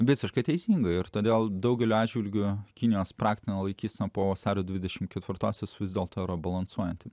visiškai teisinga ir todėl daugeliu atžvilgių kinijos praktinė laikysena po vasario dvidešimt ketvirtosios vis dėlto balansuojanti